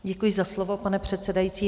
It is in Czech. Děkuji za slovo, pane předsedající.